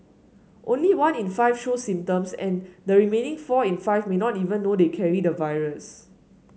only one in five show symptoms and the remaining four in five may not even know they carry the virus